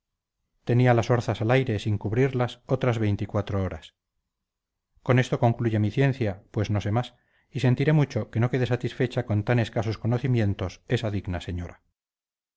tenía las orzas al aire sin cubrirlas otras veinticuatro horas con esto concluye mi ciencia pues no sé más y sentiré mucho que no quede satisfecha con tan escasos conocimientos esa digna señora